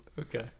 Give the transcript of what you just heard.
Okay